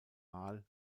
mahl